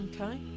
Okay